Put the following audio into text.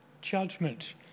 judgment